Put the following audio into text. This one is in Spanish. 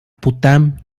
putnam